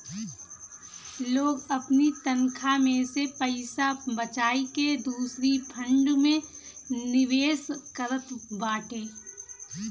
लोग अपनी तनखा में से पईसा बचाई के दूसरी फंड में निवेश करत बाटे